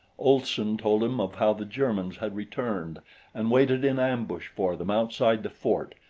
olson told him of how the germans had returned and waited in ambush for them outside the fort,